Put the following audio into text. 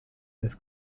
this